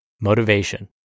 Motivation